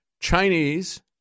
Chinese